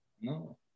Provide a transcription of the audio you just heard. No